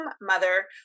mother